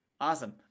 Awesome